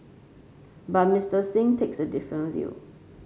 but Mister Singh takes a different view